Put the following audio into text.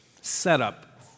setup